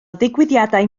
ddigwyddiadau